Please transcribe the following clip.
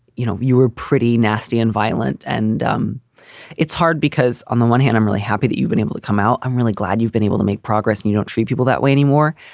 you know, you were pretty nasty and violent and um it's hard because on the one hand, i'm really happy that you've been able to come out. i'm really glad you've been able to make progress and you don't treat people that way anymore.